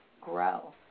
grow